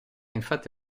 infatti